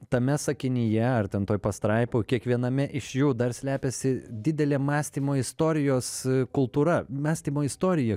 tame sakinyje ar ten toj pastraipoj kiekviename iš jų dar slepiasi didelė mąstymo istorijos kultūra mąstymo istorija